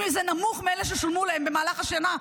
אם זה נמוך מאלה ששולמו להם במהלך השנה,